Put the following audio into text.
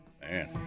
Man